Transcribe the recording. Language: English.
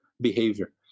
behavior